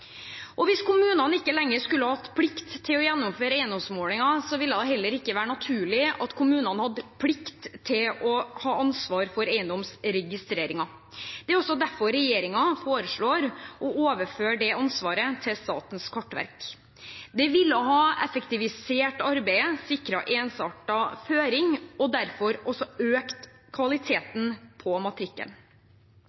år. Hvis kommunene ikke lenger skulle hatt plikt til å gjennomføre eiendomsoppmålingen, ville det heller ikke vært naturlig at kommunene hadde plikt til å ha ansvar for eiendomsregistreringen. Det er også derfor regjeringen foreslår å overføre det ansvaret til Statens kartverk. Det ville ha effektivisert arbeidet, sikret ensartet føring og derfor også økt